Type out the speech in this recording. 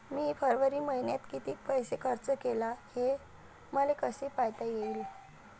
मी फरवरी मईन्यात कितीक पैसा खर्च केला, हे मले कसे पायता येईल?